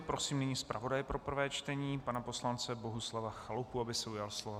Prosím nyní zpravodaje pro prvé čtení pana poslance Bohuslava Chalupu, aby se ujal slova.